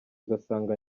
ugasanga